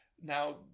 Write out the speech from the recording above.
now